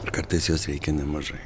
ir kartais jos reikia nemažai